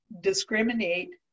discriminate